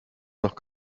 noch